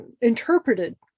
interpreted